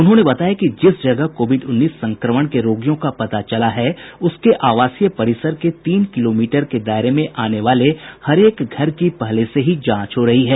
उन्होंने बताया कि जिस जगह कोविड उन्नीस संक्रमण के रोगियों का पता चला है उसके आवासीय परिसर के तीन किलोमीटर के दायरे में आने वाले हरेक घर की पहले से ही जांच हो रही है